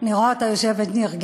אני רואה אותה יושבת נרגשת,